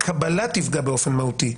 שהקבלה תפגע באופן מהותי.